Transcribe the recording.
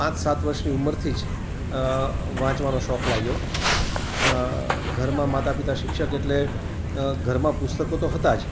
પાંચ સાત વર્ષની ઉંમરથી જ વાંચવાનો શોખ લાગ્યો ઘરમાં માતા પિતા શિક્ષક એટલે ઘરમાં પુસ્તકો તો હતાં જ